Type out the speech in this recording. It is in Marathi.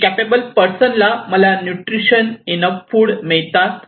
मी कॅपेबल पर्सन मला नुट्रीशन इनफ फूड मिळतात